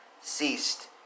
ceased